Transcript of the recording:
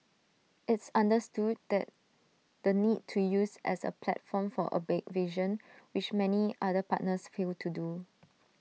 it's understood that the need to use as A platform for A big vision which many other partners fail to do